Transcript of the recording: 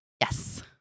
Yes